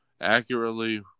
Accurately